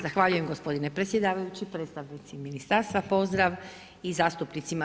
Zahvaljujem gospodine predsjedavajući, predstavnici ministarstva pozdrav i zastupnicima.